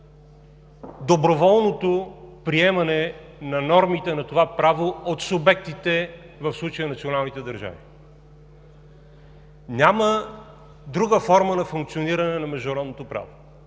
доброволното приемане на нормите на това право от субектите, в случая националните държави. Няма друга форма на функциониране на международното право.